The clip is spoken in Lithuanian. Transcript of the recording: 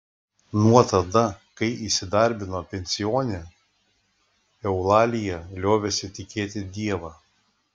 nuo tada kai įsidarbino pensione eulalija liovėsi tikėti dievą